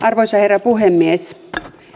arvoisa herra puhemies